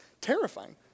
terrifying